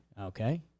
Okay